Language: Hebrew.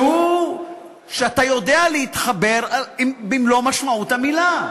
שאתה יודע להתחבר אליו במלוא משמעות המילה.